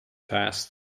fast